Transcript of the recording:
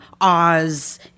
Oz